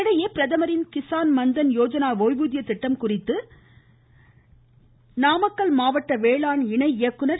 இதனிடையே பிரதமரின் கிஸான் மன்தன் யோஜனா ஓய்வூதிய திட்டம் குறித்து நாமக்கல் மாவட்ட வேளாண் இணை இயக்குநர் திரு